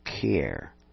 care